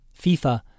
FIFA